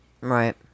Right